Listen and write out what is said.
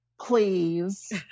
please